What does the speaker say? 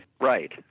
Right